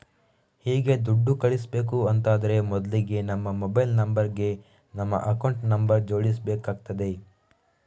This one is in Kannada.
ಹೀಗೆ ದುಡ್ಡು ಕಳಿಸ್ಬೇಕು ಅಂತಾದ್ರೆ ಮೊದ್ಲಿಗೆ ನಮ್ಮ ಮೊಬೈಲ್ ನಂಬರ್ ಗೆ ನಮ್ಮ ಅಕೌಂಟ್ ನಂಬರ್ ಜೋಡಿಸ್ಬೇಕಾಗ್ತದೆ